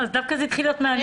זה דווקא התחיל להיות מעניין...